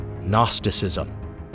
Gnosticism